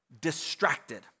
distracted